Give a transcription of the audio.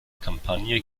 kampagne